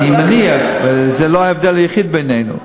אני מניח שזה לא ההבדל היחיד בינינו.